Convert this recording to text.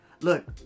Look